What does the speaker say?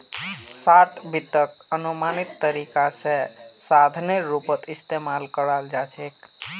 short वित्तक अनुमानित तरीका स साधनेर रूपत इस्तमाल कराल जा छेक